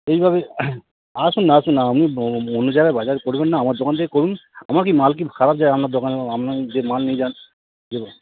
এইভাবে আসুন না আসুন না আপনি অন্য জায়গায় বাজার করবেন না আমার দোকান থেকে করুন আমার কি মাল কি খারাপ যায় আপনার দোকান আপনি যে মাল নিয়ে যান